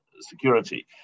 security